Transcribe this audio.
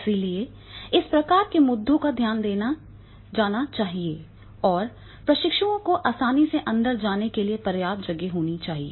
इसलिए इस प्रकार के मुद्दों का ध्यान रखा जाना चाहिए और प्रशिक्षुओं को आसानी से अंदर जाने के लिए पर्याप्त जगह होनी चाहिए